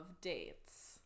dates